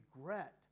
regret